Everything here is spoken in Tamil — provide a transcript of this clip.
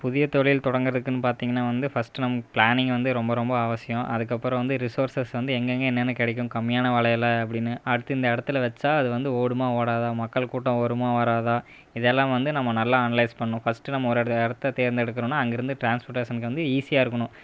புதிய தொழில்தொடங்குறதுக்குன்னு பார்த்திங்கன்னா வந்து ஃபர்ஸ்ட் நம்ப பிளானிங் வந்து ரொம்ப ரொம்ப அவசியம் அதுக்கு அப்பறம் வந்து ரிசோர்ஸஸ் வந்து எங்கெங்கே என்னென்ன கிடைக்கும் கம்மியான விலைல அப்படின்னு அடுத்து இந்த இடத்துல வச்சா அது வந்து ஓடுமா ஓடாதா மக்கள் கூட்டம் வருமா வராதா இதெல்லாம் வந்து நம்ப நல்லா அனலைஸ் பண்ணு ஃபர்ட்ஸ்ட் நம்ப ஒரு இடத்த தேர்ந்தெடுக்குறோன்னா அங்கேருந்து ட்ரான்ஸ்பிடஷனுக்கு வந்து ஈஸியாக இருக்கணும்